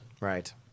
Right